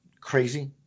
crazy